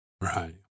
Right